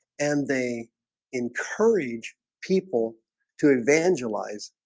and they encourage people to evangelize